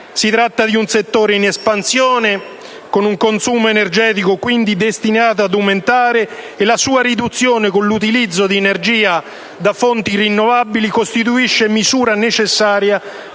Si tratta di un settore in espansione, quindi con un consumo energetico destinato ad aumentare. La sua riduzione, con l'utilizzo di energia da fonti rinnovabili, costituisce misura necessaria